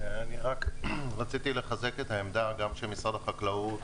אני רוצה לחזק את העמדה של משרד החקלאות,